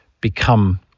become